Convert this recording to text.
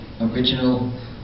original